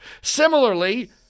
Similarly